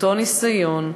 אותו ניסיון,